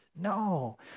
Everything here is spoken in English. No